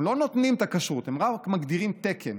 הם לא נותנים את הכשרות, הם רק מגדירים תקן.